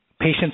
patients